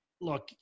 look